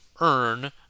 earn